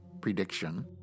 prediction